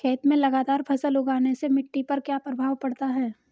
खेत में लगातार फसल उगाने से मिट्टी पर क्या प्रभाव पड़ता है?